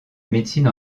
médecine